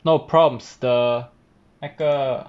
no prompts the 那个